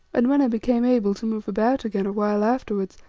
and when i became able to move about again a while afterwards,